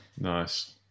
nice